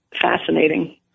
fascinating